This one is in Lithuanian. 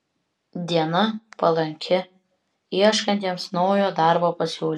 diena palanki ieškantiems naujo darbo pasiūlymų